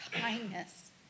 kindness